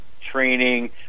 training